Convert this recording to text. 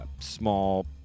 small